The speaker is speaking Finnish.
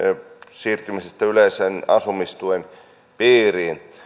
siirtymiseen yleisen asumistuen